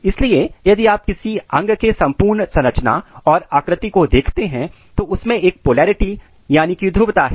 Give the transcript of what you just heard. इसलिए यदि आप किसी अंग के संपूर्ण संरचना और आकृति को देखते हैं तो उसमें एक पोलैरिटी ध्रुवता है